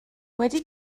wedi